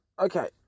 Okay